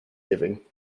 giving